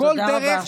תודה רבה.